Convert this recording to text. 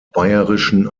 bayerischen